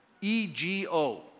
E-G-O